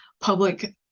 public